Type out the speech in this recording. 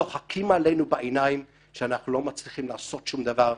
צוחקים עלינו בעיניים שאנחנו לא מצליחים לעשות שום דבר.